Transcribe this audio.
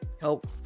help